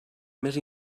més